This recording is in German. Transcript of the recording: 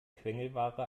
quengelware